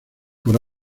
por